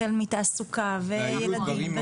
החל מתעסוקה וילדים,